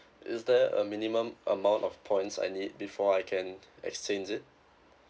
is there a minimum amount of points I need before I can exchange it